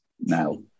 now